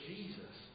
Jesus